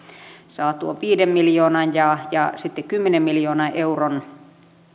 tuon viiden miljoonan ja ja sitten kymmenen miljoonan euron